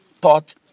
thought